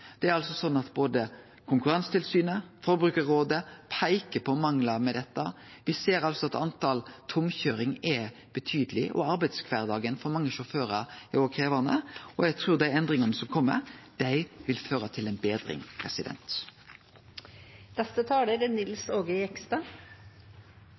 både Konkurransetilsynet og Forbrukarrådet på manglar med dette. Me ser at talet på tomkøyringsturar er betydeleg, og arbeidskvardagen for mange sjåførar er krevjande. Eg trur at endringane som kjem, vil føre til ei betring. Når jeg hører Trygve Slagsvold Vedum komme med sin virkelighetsbeskrivelse, tror jeg det